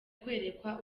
kwerekwa